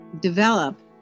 develop